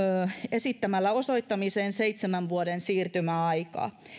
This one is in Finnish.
esittämällä osoittamiseen seitsemän vuoden siirtymäaikaa